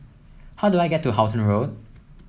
how do I get to Halton Road